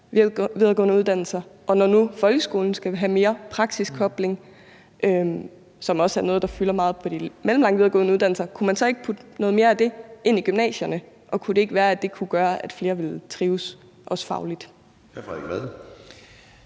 videregående uddannelser. Og når nu folkeskolen skal have mere praksiskobling, som også er noget, der fylder meget på de mellemlange videregående uddannelser, kunne man så ikke putte noget mere af det ind i gymnasierne, og kunne det ikke være, at det kunne gøre, at flere ville trives, også fagligt?